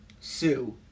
Sue